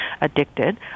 addicted